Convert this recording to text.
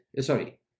sorry